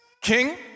king